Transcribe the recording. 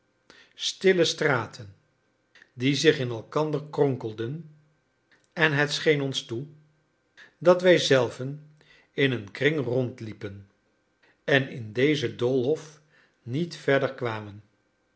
stille straten die zich in elkander kronkelden en het scheen ons toe dat wij zelven in een kring rondliepen en in dezen doolhof niet verder kwamen